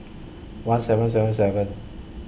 one seven seven seven